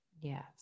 Yes